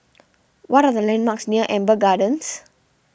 what are the landmarks near Amber Gardens